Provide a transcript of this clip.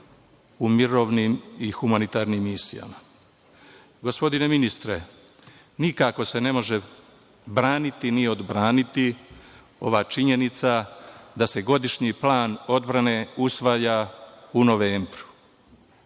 u mirovnim i humanitarnim misijama. Gospodine ministre, nikako se ne može braniti ni odbraniti ova činjenica da se godišnji plan odbrane usvaja u novembru.